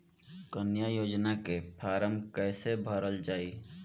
कन्या योजना के फारम् कैसे भरल जाई?